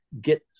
get